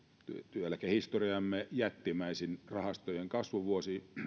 työeläkehistoriamme jättimäisin rahastojen kasvuvuosi